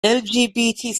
lgbt